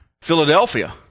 Philadelphia